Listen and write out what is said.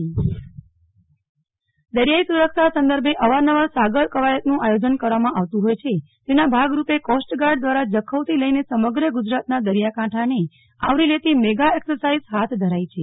નેહલ ઠક્કર દરિયાઈ સુરક્ષા દરિયાઈ સુરક્ષા સંદર્ભે અવાર નવાર સાગર કવાયતનું આયોજન કરવામાં આવતું હોય છે જેના ભાગરૂપે કોસ્ટગાર્ડ દ્વારા જખૌથી લઈને સમગ્ર ગુજરાતના દરિયાકાંઠાને આવરી લેતી મેગા એક્સરસાઇજ હાથ ધરાઈ છે